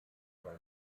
bei